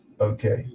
okay